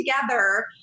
together